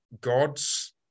God's